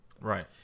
Right